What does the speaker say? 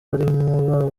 barimo